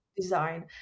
design